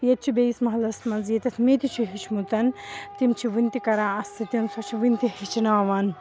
ییٚتہِ چھِ بیٚیِس محلَس منٛز ییٚتٮ۪تھ مےٚ تہِ چھِ ہیٚچھمُت تِم چھِ وٕنہِ تہِ کَران اَتھ سۭتۍ سۄ چھِ وٕنہِ تہِ ہیٚچھناوان